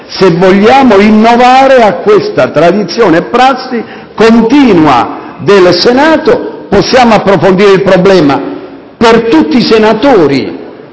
se vogliamo innovare a questa tradizione e prassi continua del Senato. Possiamo approfondire il problema, per tutti i senatori,